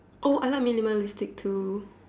oh I like minimalist too